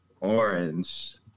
Orange